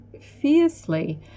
fiercely